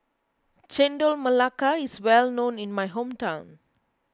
Chendol Melaka is well known in my hometown